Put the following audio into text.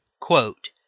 Quote